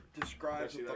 describes